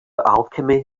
alchemy